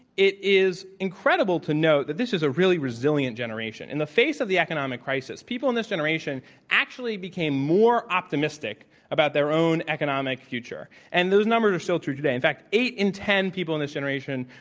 it is incredible to know that this is a really resilient generation. in the face of the economic crisis, people in generation actually became more optimistic about their own economic future. and those numbers are still true today. in fact, eight in ten people in this generation,